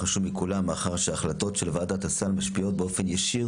החשוב מכולם מאחר שההחלטות של ועדת הסל משפיעות באופן ישיר